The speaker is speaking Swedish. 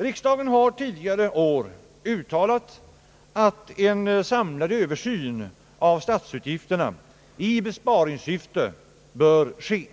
Riksdagen har tidigare uttalat att en samlad översyn av statsutgifterna i besparingssyfte bör ske,